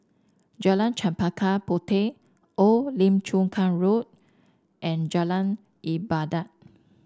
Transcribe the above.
Jalan Chempaka Puteh Old Lim Chu Kang Road and Jalan Ibadat